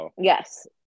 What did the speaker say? Yes